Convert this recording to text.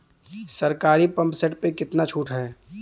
सरकारी pump set प कितना छूट हैं?